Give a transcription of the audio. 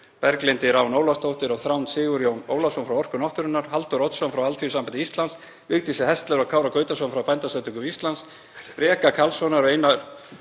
Berglindi Rán Ólafsdóttur og Þránd Sigurjón Ólafsson frá Orku náttúrunnar, Halldór Oddsson frá Alþýðusambandi Íslands, Vigdísi Häsler og Kára Gautason frá Bændasamtökum Íslands, Breka Karlsson og Einar